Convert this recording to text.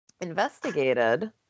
investigated